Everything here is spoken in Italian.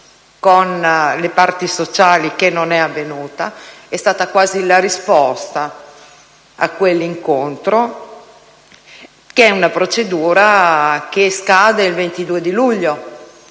con le parti sociali, che non è avvenuta. È stata quasi la risposta a quell'incontro, ed è una procedura che scade il 22 luglio;